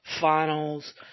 finals